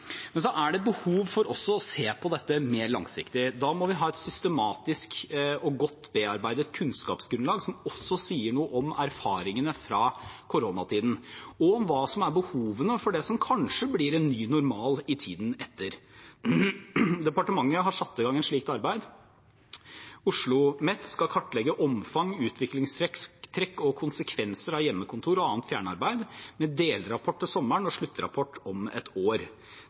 Men det er behov for også å se på dette mer langsiktig. Da må vi ha et systematisk og godt bearbeidet kunnskapsgrunnlag som også sier noe om erfaringene fra koronatiden, og om hva som er behovene for det som kanskje blir en ny normal i tiden etter. Departementet har satt i gang et slikt arbeid. OsloMet skal kartlegge omfang, utviklingstrekk og konsekvenser av hjemmekontor og annet fjernarbeid, med en delrapport til sommeren og en sluttrapport om et år.